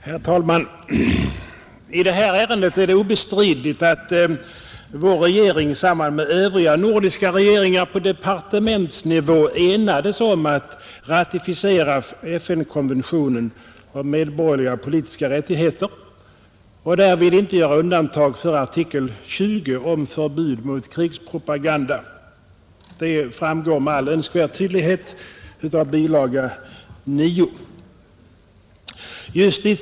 Herr talman! I det här ärendet är det obestridligt att vår regering med övriga nordiska regeringar på departementsnivå enades om att ratificera FN-konventionen om medborgerliga politiska rättigheter och därvid inte göra undantag för artikel 20 om förbud mot krigspropaganda. Det framgår med all önskvärd tydlighet av bilaga 9 till det här betänkandet.